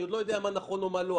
אני עוד לא יודע מה נכון ומה לא,